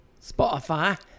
Spotify